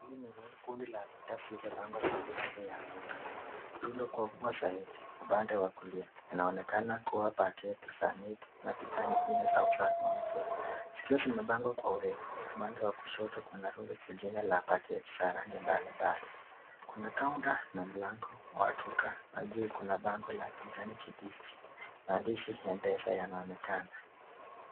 Hili ni kundi la bidhaa zilizopangwa vizuri nje ya duka. Rundo kubwa zaidi, upande wa kulia unaonekena kuwa paketi za nepi na bidhaa nyingine za usafi wa mtoto zikiwa zimepangwa kwa urefu. Upande wa kushoto kuna rundo zingine za pakiti za rangi mbalimbali . Kuna counta na mlango wa hakika na juu kuna bango la kijani kibichi. Maandishi M-pesa yanaonekana.